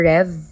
Rev